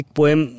poem